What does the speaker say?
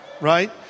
right